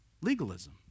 legalism